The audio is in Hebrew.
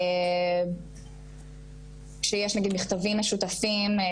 כשיש נגיד מכתבים משותפים,